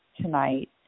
tonight